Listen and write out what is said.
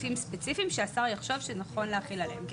סעיפים ספציפיים שהשר יחשוב שנכון להחיל עליהם.